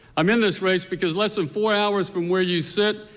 i'm in this race, because less than four hours from where you sit,